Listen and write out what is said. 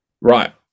right